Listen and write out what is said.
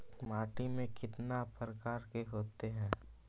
माटी में कितना प्रकार के होते हैं?